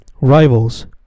rivals